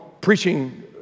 preaching